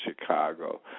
Chicago